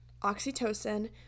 oxytocin